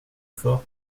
fort